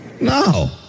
No